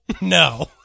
no